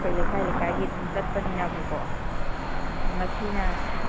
ꯑꯩꯈꯣꯏ ꯂꯩꯀꯥꯏ ꯂꯩꯀꯥꯏꯒꯤ ꯑꯗꯨꯝ ꯆꯠꯄꯅꯤꯅꯕꯀꯣ ꯉꯁꯤꯅ